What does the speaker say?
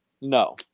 No